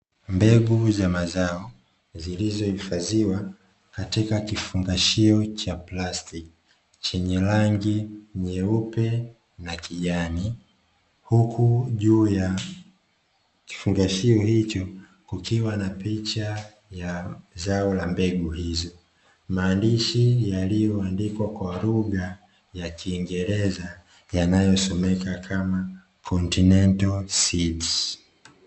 Mbegu za mazao zilizohifadhiwa katika kifungashio cha plastiki chenye rangi nyeupe na kijani. Huku juu ya kifungashio hicho kukiwa na picha ya zao la mbegu hizo, maandishi yaliyoandikwa kwa lugha ya kiingereza yanayosomeka kama "continental seeds".